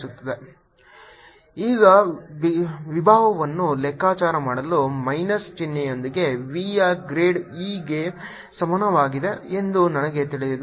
r≤R Dk0EE 1kQ4π0 r2r rR D 0E E 1kQ4π0 r2r ಈಗ ವಿಭವವನ್ನು ಲೆಕ್ಕಾಚಾರ ಮಾಡಲು ಮೈನಸ್ ಚಿಹ್ನೆಯೊಂದಿಗೆ v ಯ ಗ್ರೇಡ್ E ಗೆ ಸಮಾನವಾಗಿದೆ ಎಂದು ನನಗೆ ತಿಳಿದಿದೆ